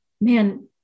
man